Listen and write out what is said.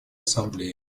ассамблеи